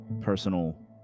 personal